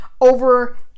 over